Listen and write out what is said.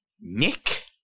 Nick